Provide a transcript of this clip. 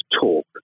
talk